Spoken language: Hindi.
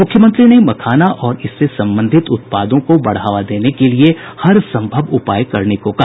मुख्यमंत्री ने मखाना और इससे संबंधित उत्पादों को बढ़ावा देने के लिए हरसंभव उपाय करने को कहा